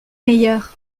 meilleur